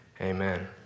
Amen